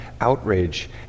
outrage